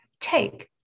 take